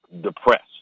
depressed